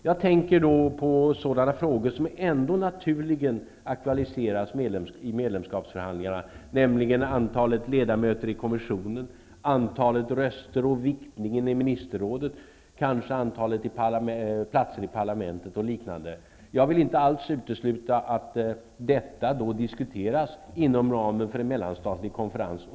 Jag tänker på sådana frågor som ändå naturligen aktualiseras i medlemskapsförhandlingarna, nämligen antalet ledamöter i kommissionen, antalet röster, viktningen i ministerrådet, antalet platser i parlamentet osv. Jag vill inte alls utesluta att sådana frågor diskuteras inom ramen för en mellanstatlig konferens.